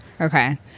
Okay